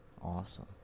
Awesome